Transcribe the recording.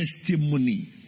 testimony